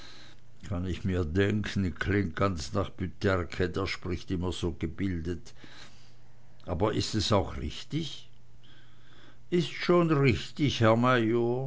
kann ich mir denken klingt ganz nach pyterke der spricht immer so gebildet aber is es auch richtig is schon richtig